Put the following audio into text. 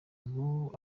ubu